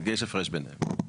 יש הפרש ביניהם.